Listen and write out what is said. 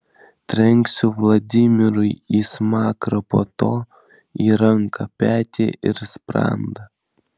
trenksiu vladimirui į smakrą po to į ranką petį ir sprandą